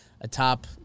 atop